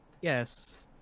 yes